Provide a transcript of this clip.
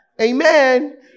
amen